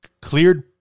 Cleared